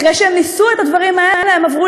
אחרי שהם ניסו את הדברים האלה הם עברו